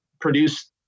produce